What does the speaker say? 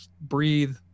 breathe